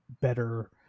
better